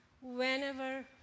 whenever